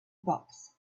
box